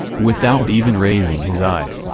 without even raising his eyes,